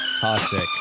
toxic